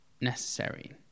necessary